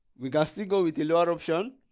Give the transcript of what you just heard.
we can still go with the lower option